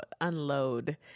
unload